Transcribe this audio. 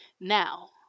Now